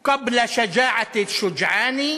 "שיקול הדעת לפני גבורת האמיצים.